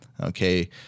Okay